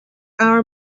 our